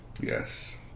Yes